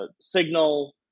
signal